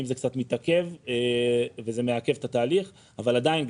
זה קצת מתעכב וזה מעכב את התהליך אבל עדיין,